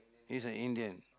he's an Indian